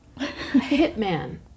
Hitman